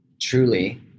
truly